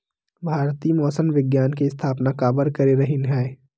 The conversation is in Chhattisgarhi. भारती मौसम विज्ञान के स्थापना काबर करे रहीन है?